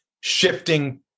shifting